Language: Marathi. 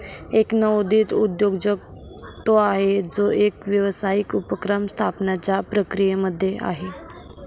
एक नवोदित उद्योजक तो आहे, जो एक व्यावसायिक उपक्रम स्थापण्याच्या प्रक्रियेमध्ये आहे